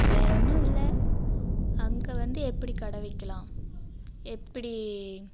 வேறு ஒன்றும் இல்லை அங்கே வந்து எப்படி கடை வைக்கிலாம் எப்படி